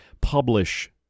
publish